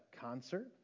concert